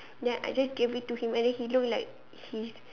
then I just gave it to him and then he looked like he's